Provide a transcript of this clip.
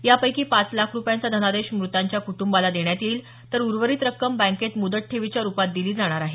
यापैकी पाच लाख रुपयांचा धनादेश मृतांच्या कुटुबाला देण्यात येईल तर उवेरित रक्कम बँकेत मुदत ठेवीच्या रुपात दिली जाणार आहे